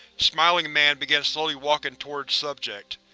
smiling man began slowly walking towards subject.